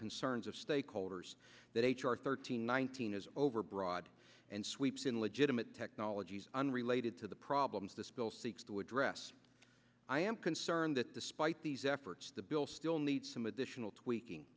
concerns of stakeholders that h r thirty nine thousand is overbroad and sweeps in legitimate technologies unrelated to the problems this bill seeks to address i am concerned that despite these efforts the bill still needs some additional tweaking